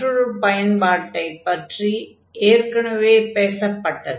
மற்றொரு பயன்பாட்டைப் பற்றி ஏற்கனவே பேசப்பட்டது